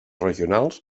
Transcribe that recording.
regionals